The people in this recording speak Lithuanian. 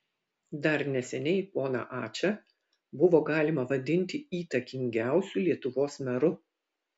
dar neseniai poną ačą buvo galima vadinti įtakingiausiu lietuvos meru